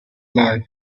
life